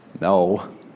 No